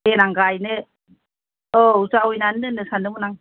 देनां गायनो औ जावैनानै दोननो सानदोंमोन आं